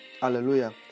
Hallelujah